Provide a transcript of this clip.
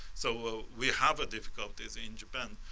so we have difficulties in japan,